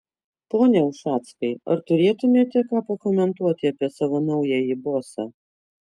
pone ušackai ar turėtumėte ką pakomentuoti apie savo naująjį bosą